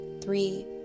three